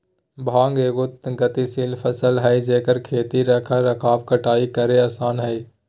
भांग एगो गतिशील फसल हइ जेकर खेती रख रखाव कटाई करेय आसन हइ